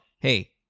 hey